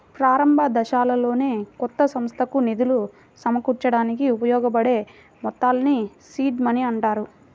ప్రారంభదశలోనే కొత్త సంస్థకు నిధులు సమకూర్చడానికి ఉపయోగించబడే మొత్తాల్ని సీడ్ మనీ అంటారు